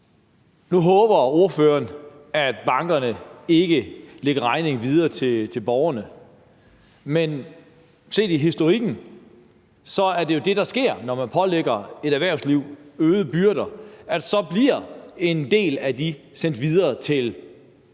Nu håber ordføreren, at bankerne ikke vil give regningen videre til borgerne, men historisk set er det jo det, der sker, når man pålægger et erhvervsliv øgede byrder, for så bliver en del af regningen sendt videre til kunderne.